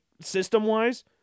system-wise